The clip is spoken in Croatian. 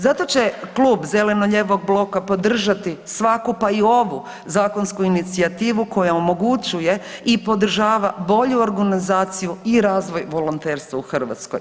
Zato će klub zeleno-lijevog bloka podržati svaku pa i ovu zakonsku inicijativu koja omogućuje i podržava bolju organizaciju i razvoj volonterstva u Hrvatskoj.